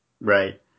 Right